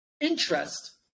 Interest